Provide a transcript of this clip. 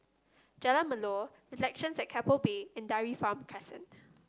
Jalan Melor Reflections at Keppel Bay and Dairy Farm Crescent